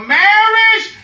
marriage